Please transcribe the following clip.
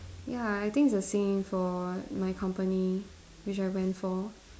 ya I think it's the same for my company which I went for